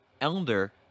elder